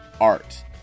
art